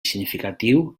significatiu